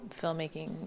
filmmaking